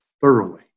thoroughly